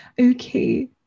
okay